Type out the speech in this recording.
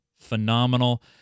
phenomenal